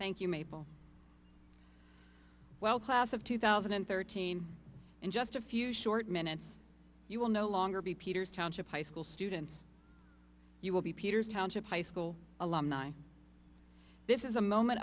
thank you maple well class of two thousand and thirteen in just a few short minutes you will no longer be peter's township high school students you will be peter's township high school alumni this is a moment